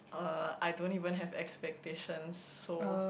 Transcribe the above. uh I don't even have expectations so